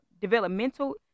developmental